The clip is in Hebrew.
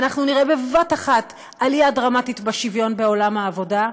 ואנחנו נראה בבת-אחת עלייה דרמטית בשוויון בעולם העבודה.